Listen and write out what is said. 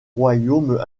royaumes